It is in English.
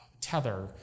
Tether